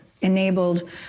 enabled